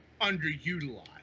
underutilized